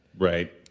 Right